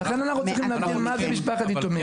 ולכן אנחנו צריכים להגדיר מה זה משפחת יתומים.